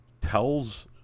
tells